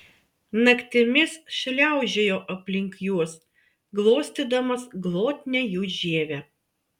naktimis šliaužiojo aplink juos glostydamas glotnią jų žievę